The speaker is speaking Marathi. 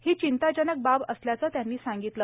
ही चिंताजनक बाब असल्याचे त्यांनी सांगितले